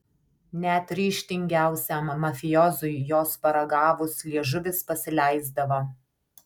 net ryžtingiausiam mafiozui jos paragavus liežuvis pasileisdavo